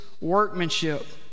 workmanship